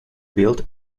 built